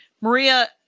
Maria